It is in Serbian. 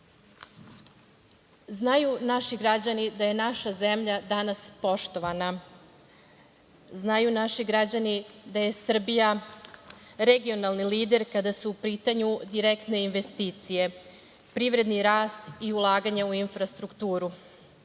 manja. Znaju naši građani da je naša zemlja danas poštovana, znaju naši građani da je Srbija regionalni lider kada su u pitanju direktne investicije, privredni rast i ulaganje u infrastrukturu. Mi